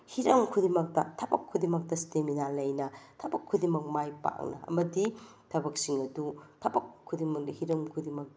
ꯍꯤꯔꯝ ꯈꯨꯗꯤꯡꯃꯛꯇ ꯊꯕꯛ ꯈꯨꯗꯤꯡꯃꯛꯇ ꯏꯁꯇꯦꯃꯤꯅꯥ ꯂꯩꯅ ꯊꯕꯛ ꯈꯨꯗꯤꯡꯃꯛ ꯃꯥꯏꯄꯥꯛꯅ ꯑꯃꯗꯤ ꯊꯕꯛꯁꯤꯡ ꯑꯗꯨ ꯊꯕꯛ ꯈꯨꯗꯤꯡꯃꯛꯇ ꯍꯤꯔꯝ ꯈꯨꯗꯤꯡꯃꯛꯇ